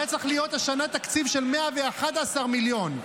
היה צריך להיות השנה תקציב של 111 מיליון,